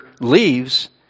leaves